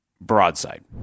broadside